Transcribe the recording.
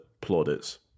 plaudits